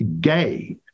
gay